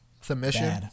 Submission